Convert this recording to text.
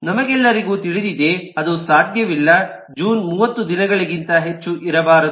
ನಮಗೆಲ್ಲರಿಗೂ ತಿಳಿದಿದೆ ಅದು ಸಾಧ್ಯವಿಲ್ಲ ಜೂನ್ 30 ದಿನಗಳಿಗಿಂತ ಹೆಚ್ಚು ಇರಬಾರದು